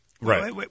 Right